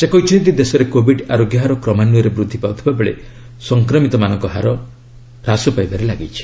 ସେ କହିଛନ୍ତି ଦେଶରେ କୋବିଡ ଆରୋଗ୍ୟ ହାର କ୍ରମାନ୍ୱୟରେ ବୃଦ୍ଧି ପାଉଥିବାବେଳେ ସଂକ୍ରମିତମାନଙ୍କ ସଂଖ୍ୟା ହ୍ରାସ ପାଇବାରେ ଲାଗିଛି